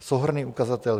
Souhrnný ukazatel